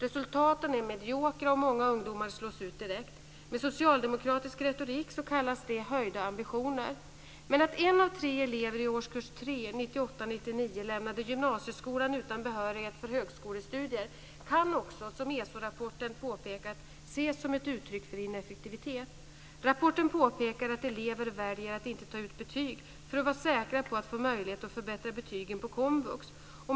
Resultaten är mediokra, och många ungdomar slås ut direkt. Med socialdemokratisk retorik kallas det höjda ambitioner. Men att en av tre elever i årskurs 3 1998/99 lämnade gymnasieskolan utan behörighet för högskolestudier kan också, som ESO rapporten påpekat, ses som ett uttryck för ineffektivitet. Rapporten påpekar att elever väljer att inte ta ut betyg för att vara säkra på att få möjlighet att förbättra betygen på komvux.